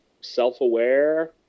self-aware